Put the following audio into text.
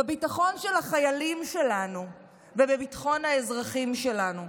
בביטחון של החיילים שלנו ובביטחון האזרחים שלנו.